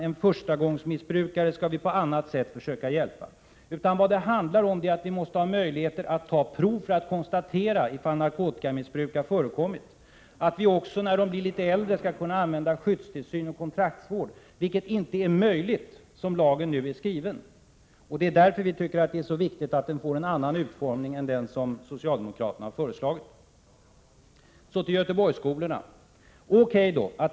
En förstagångsmissbrukare skall vi försöka hjälpa på annat sätt. Vad det handlar om är att vi måste ha möjligheter att ta prov för att konstatera om narkotikamissbruk har förekommit och att vi när det gäller litet äldre ungdomar skall kunna använda skyddstillsyn och kontraktsvård, vilket inte är möjligt som lagen nu är skriven. Det är därför vi tycker att det är så viktigt att lagen får en annan utformning än den som socialdemokraterna har föreslagit. Så till Göteborgsskolorna. O.K.